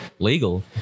legal